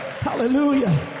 Hallelujah